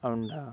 Aundha